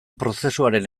prozesuaren